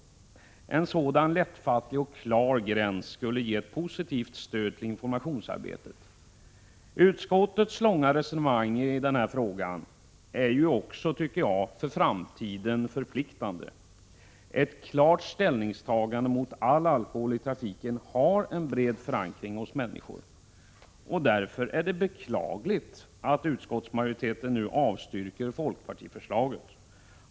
En sådan lättfattlig och klar gräns skulle ge positivt stöd till informationsarbetet. Utskottets långa resonemang i denna fråga tycker jag är för framtiden förpliktande. Ett klart ställningstagande mot all alkoholi trafiken har en bred förankring hos människor. Därför är det beklagligt att utskottsmajoriteten nu avstyrker folkpartiförslaget.